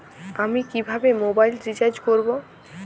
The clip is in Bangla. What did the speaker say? আমি কিভাবে মোবাইল রিচার্জ করব?